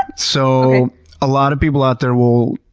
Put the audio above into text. so a lot of people out there will,